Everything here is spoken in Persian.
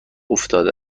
افتاده